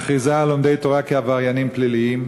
הממשלה מכריזה על לומדי תורה כעבריינים פליליים